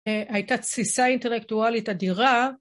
‫הייתה תסיסה אינטלקטואלית אדירה.